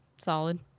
solid